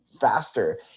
faster